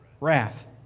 Wrath